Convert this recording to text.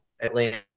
Atlanta